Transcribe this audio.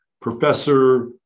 Professor